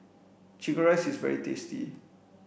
chicken rice is very tasty